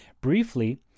Briefly